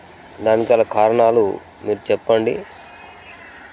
దానికి గల కారణాలు మీరు చెప్పండి